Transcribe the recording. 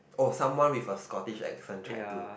or someone with a Scottish accent try to